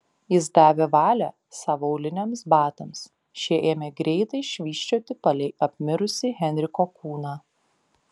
jis davė valią savo auliniams batams šie ėmė greitai švysčioti palei apmirusį henriko kūną